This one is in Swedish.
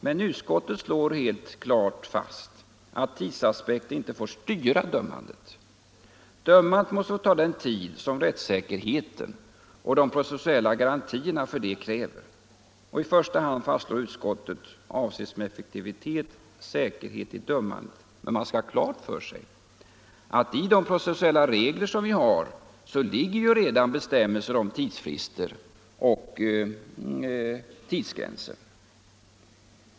Men utskottet slår helt klart fast att tidsaspekten inte får styra dömandet. Dömandet måste få ta den tid som rättssäkerheten och de processuella garantierna härför kräver. I första hand, fastslår utskottet, avses med effektivitet säkerheten i dömandet. Men man skall ha klart för sig att i de processuella regler som vi har ligger redan bestämmelser om tidsfrister och tidsgränser.